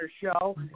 show